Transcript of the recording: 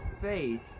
faith